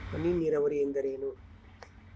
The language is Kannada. ಹನಿ ನೇರಾವರಿ ಎಂದರೇನು?